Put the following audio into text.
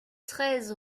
treize